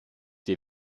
der